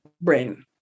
brain